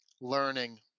Learning